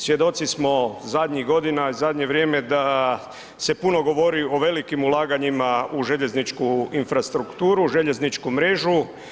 Svjedoci smo zadnjih godina i zadnje vrijeme da se puno govori o velikim ulaganjima u željezničku infrastrukturu, u željezničku mrežu.